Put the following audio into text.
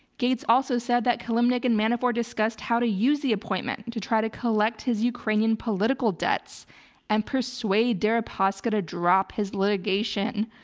gates also said that kilimnik and manafort discussed how to use the appointment to try to collect his ukrainian political debts and persuade deripaska to drop his litigation.